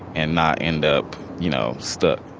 and not end up, you know stuck,